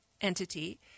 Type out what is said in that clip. entity